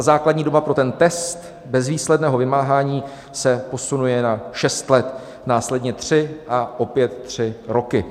Základní doba pro test bezvýsledného vymáhání se posunuje na šest let, následně tři a opět tři roky.